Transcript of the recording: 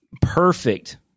Perfect